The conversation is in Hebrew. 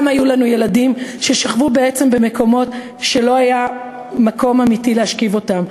גם היו לנו ילדים שבעצם לא היה מקום אמיתי להשכיב אותם.